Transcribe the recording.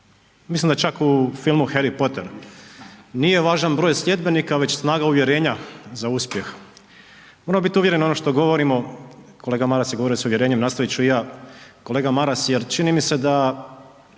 Mislim da je čak u filmu Harry Potter. Nije važan broj sljedbenika već snaga uvjerenja za uspjeh. Moramo biti uvjereni ono što govorimo, kolega Maras je govorio s uvjerenjem, nastojat ću i ja, kolega Maras jer čini mi se da,